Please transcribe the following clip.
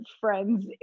friends